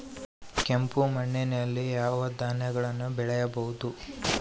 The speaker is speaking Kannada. ಕೆಂಪು ಮಣ್ಣಲ್ಲಿ ಯಾವ ಧಾನ್ಯಗಳನ್ನು ಬೆಳೆಯಬಹುದು?